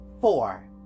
Four